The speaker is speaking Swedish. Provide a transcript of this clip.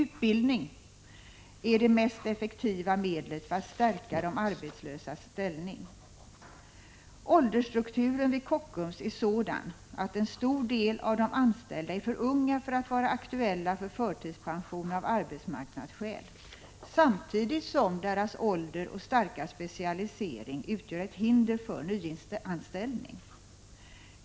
Utbildning är det mest effektiva medlet att stärka de arbetslösas ställning. Åldersstrukturen vid Kockums är sådan att en stor del av de anställda är för unga för att vara aktuella för förtidspension av arbetsmarknadsskäl, samtidigt som deras ålder och starka specialisering utgör ett hinder för nyanställning.